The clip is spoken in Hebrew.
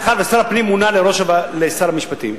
מאחר שהוא מונה לשר המשפטים,